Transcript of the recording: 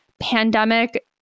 pandemic